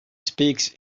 speaks